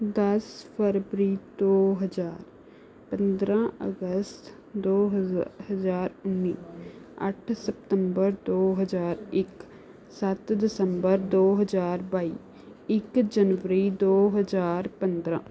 ਦਸ ਫ਼ਰਵਰੀ ਦੋ ਹਜ਼ਾਰ ਪੰਦਰਾਂ ਅਗਸਤ ਦੋ ਹਜ਼ਾ ਹਜ਼ਾਰ ਉਨੀ ਅੱਠ ਸਪਤੰਬਰ ਦੋ ਹਜ਼ਾਰ ਇੱਕ ਸੱਤ ਦਸੰਬਰ ਦੋ ਹਜ਼ਾਰ ਬਾਈ ਇੱਕ ਜਨਵਰੀ ਦੋ ਹਜ਼ਾਰ ਪੰਦਰਾਂ